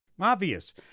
Obvious